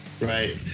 Right